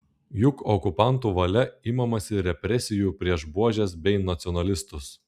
juk okupantų valia imamasi represijų prieš buožes bei nacionalistus